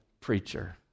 preacher